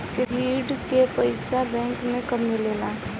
ऋण के पइसा बैंक मे कब मिले ला?